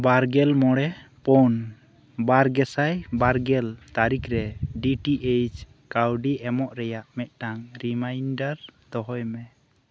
ᱵᱟᱨᱜᱮᱞ ᱢᱚᱬᱮ ᱯᱩᱱ ᱵᱟᱨ ᱜᱮᱥᱟᱭ ᱵᱟᱨ ᱜᱮᱞ ᱛᱟᱹᱨᱤᱠ ᱨᱮ ᱰᱤ ᱴᱤ ᱮᱭᱤᱪ ᱠᱟᱹᱣᱰᱤ ᱮᱢᱚᱜ ᱨᱮᱭᱟᱜ ᱢᱤᱫᱴᱟᱝ ᱨᱤᱢᱟᱭᱱᱰᱟᱨ ᱫᱚᱦᱚᱭ ᱢᱮ